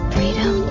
Freedom